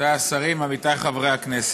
רבותיי השרים, עמיתיי חברי הכנסת,